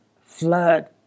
flood